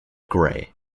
grey